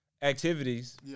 Activities